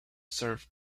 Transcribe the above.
serve